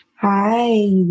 Hi